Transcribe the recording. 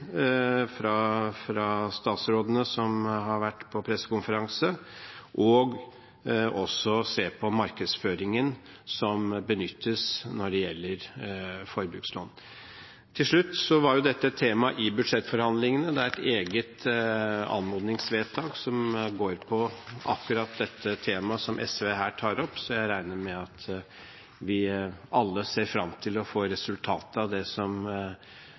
fra statsrådene som har vært på pressekonferanse, og også det å se på markedsføringen som benyttes når det gjelder forbrukslån. Til slutt: Dette var et tema i budsjettforhandlingene. Det er et eget anmodningsvedtak som går på akkurat dette temaet som SV her tar opp, så jeg regner med at vi alle ser fram til å få resultatet av det som